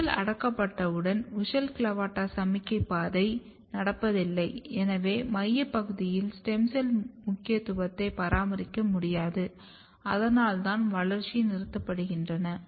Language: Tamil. WUSCHEL அடக்கப்பட்டவுடன் WUSCHEL CLAVATA சமிக்ஞை பாதை நடப்பதில்லை எனவே மையப் பகுதியால் ஸ்டெம் செல் முக்கியத்துவத்தை பராமரிக்க முடியாது அதனால்தான் வளர்ச்சி நிறுத்தப்படும்